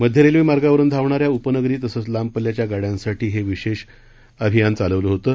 मध्य रेल्वे मार्गावरून धावणाऱ्या उपनगरी तसंच लांब पल्याच्या गाड्यांसाठी हे विशेष अभियान चालवलं होतं